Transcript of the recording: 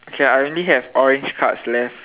okay I only have orange cards left